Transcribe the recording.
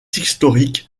historique